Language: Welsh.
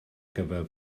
gyfer